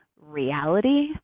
reality